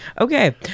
Okay